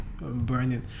Burning